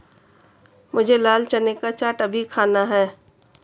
मुझे लाल चने का चाट अभी खाना है